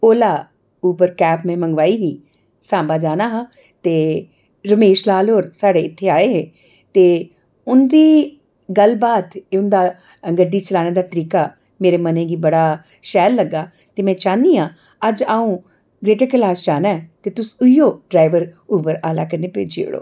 ओला Uber cab में मंगोआई ही सांबा जाना हा ते रमेश लाल होर साढ़े इत्थै आऐ हे ते उं'दी गल्ल बात उं'दा गड्डी चलाने दा तरीका मेरे मनै गी बडा शैल लग्गा ते में चाह्न्नी आं अज्ज अ'ऊं ग्रेटर केलाश जाना ऐ ते तुस इयो ड्राईवर उबर आह्ला कन्नै भेजी ओड़ो